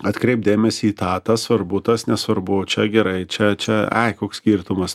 atkreipt dėmesį į tą tas svarbu tas nesvarbu čia gerai čia čia ai koks skirtumas